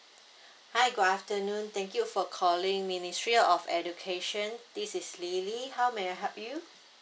hi good afternoon thank you for calling ministry of education this is lily how may I help you